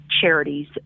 charities